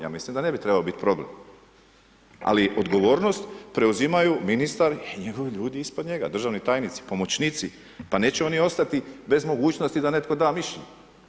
Ja mislim da ne bi trebao biti problem, ali odgovornost preuzimaju ministar i njegovi ljudi ispod njega, državni tajnici, pomoćnici, pa neće oni ostati bez mogućnosti da netko da mišljenje.